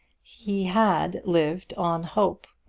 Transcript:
he had lived on hope.